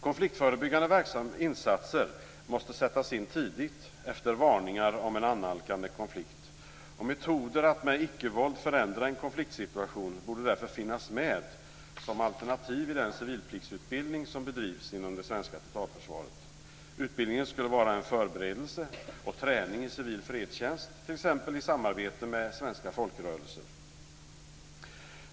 Konfliktförebyggande insatser måste sättas in tidigt efter varningar om en annalkande konflikt. Metoder för att med icke-våld förändra en konfliktsituation borde därför finnas med som alternativ i den civilpliktsutbildning som bedrivs inom det svenska totalförsvaret. Utbildningen skulle vara en förberedelse och träning i civil fredstjänst, t.ex. i samarbete med svenska folkrörelser.